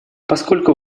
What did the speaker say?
поскольку